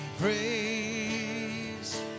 praise